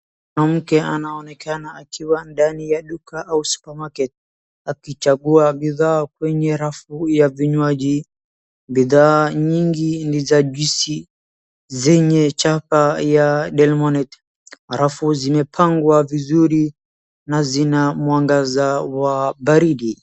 Mwanamke anaonekana akiwa ndani ya duka au supermarket . Akichagua bidhaa kwenye rafuu ya vinywaji. Bidhaa nyingi ni za juisi zenye chapa ya Delmonte. Alafu zimepangwa vizuri na zina mwangaza wa baridi.